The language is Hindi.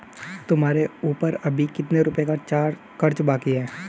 तुम्हारे ऊपर अभी कितने रुपयों का कर्ज और बाकी है?